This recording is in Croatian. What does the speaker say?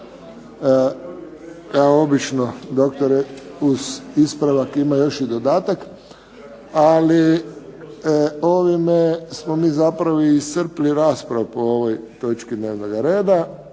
Kao obično doktore uz ispravak ima još i dodatak. Ali ovime smo mi zapravo i iscrpili raspravu po ovoj točki dnevnoga reda.